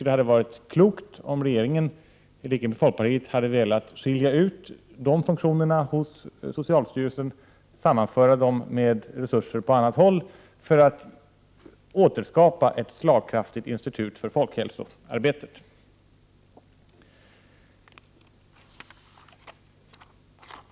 Det hade varit klokt om regeringen, i likhet med folkpartiet, velat sammanföra socialstyrelsens resurser för denna funktion med resurser från annat håll för att återskapa ett institut för folkhälsa.